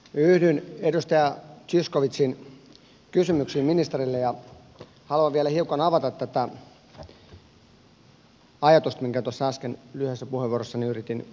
yhdyn edustaja zyskowiczin kysymyksiin ministerille ja haluan vielä hiukan avata tätä ajatusta minkä tuossa äsken lyhyessä puheenvuorossani yritin esittää